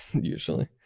usually